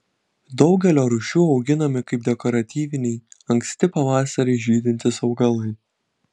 daugelio rūšių auginami kaip dekoratyviniai anksti pavasarį žydintys augalai